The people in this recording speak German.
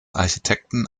architekten